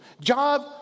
Job